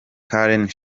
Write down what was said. karen